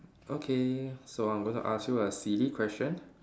okay so I'm going to ask you a silly question